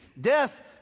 Death